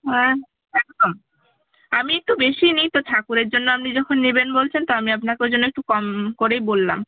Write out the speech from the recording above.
হ্যাঁ একদম আমি একটু বেশিই নিই তো ঠাকুরের জন্য আপনি যখন নেবেন বলছেন তো আমি আপনাকে ওই জন্য একটু কম করেই বললাম